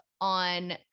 on